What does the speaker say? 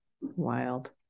wild